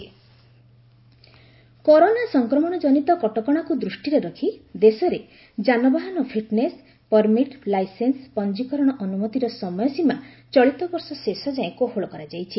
licence extend corona ସଂକ୍ରମଣଜନିତ କଟକଶାକୁ ଦୃଷ୍ଟିରେ ରଖି ଦେଶରେ ଯାନବାହନ ଫିଟ୍ନେସ୍ ପରମିଟ୍ ଲାଇସେନ୍ ପଞ୍ଜୀକରଣ ଅନୁମତିର ସମୟସୀମା ଚଳିତ ବର୍ଷ ଶେଷଯାଏଁ କୋହଳ କରାଯାଇଛି